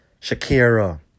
Shakira